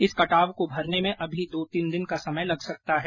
इस कटाव को भरने में अभी दो तीन दिन का समय लग सकता है